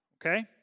Okay